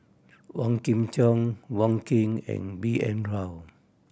Wong Kin Jong Wong Keen and B N Rao